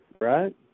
right